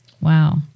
Wow